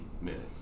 minutes